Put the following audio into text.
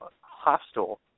hostile